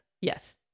Yes